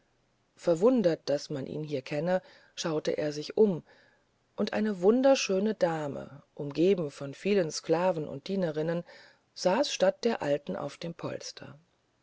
verwundert daß man ihn hier kenne schaute er sich um und eine wunderschöne dame umgeben von vielen sklaven und dienerinnen saß statt der alten auf dem polster